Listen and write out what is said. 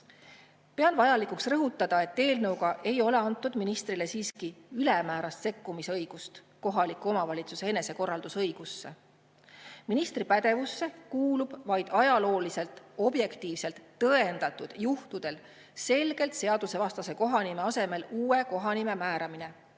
Pean vajalikuks rõhutada, et eelnõuga ei ole ministrile siiski antud ülemäärast õigust sekkuda kohaliku omavalitsuse enesekorraldusõigusse. Ministri pädevusse kuulub vaid ajalooliselt objektiivselt tõendatud juhtudel selgelt seadusevastase kohanime asemel uue kohanime määramine,